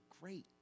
great